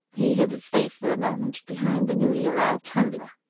he hid his face for a moment behind the newly arrived tumbler.